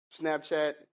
Snapchat